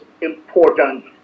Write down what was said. important